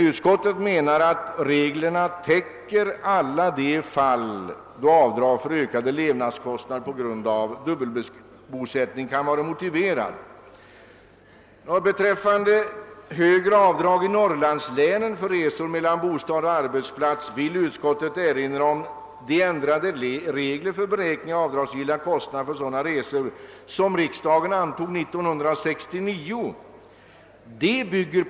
Utskottet menar att reglerna täcker alla de fall då avdrag för ökade levnadskostnader på grund av dubbelbosättning kan vara motiverade. Beträffande frågan om högre avdrag i Norrlandslänen för resor mellan bostad och arbetsplats vill utskottet erinra om de ändrade regler för beräkning av avdragsgilla kostnader för sådana resor, som antogs av 1969 års riksdag.